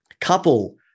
couple